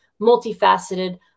multifaceted